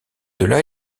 delà